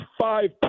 five